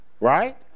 right